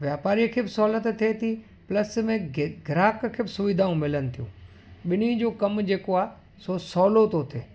वापारीअ खे बि सहूलियत थिए थी प्लस में ग ग्राहक खे बि सुविधाऊं मिलनि थियूं ॿिनी जो कम जेको आहे सो सहुलो थो थिए